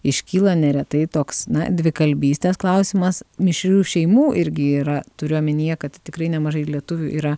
iškyla neretai toks na dvikalbystės klausimas mišrių šeimų irgi yra turiu omenyje kad tikrai nemažai lietuvių yra